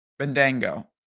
Bendango